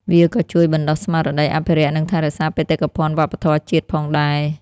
វាក៏ជួយបណ្តុះស្មារតីអភិរក្សនិងថែរក្សាបេតិកភណ្ឌវប្បធម៌ជាតិផងដែរ។